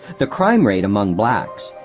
the crime rate among blacks,